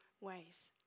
ways